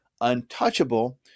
untouchable